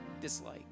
dislike